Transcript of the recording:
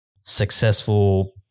successful